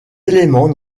éléments